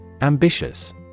Ambitious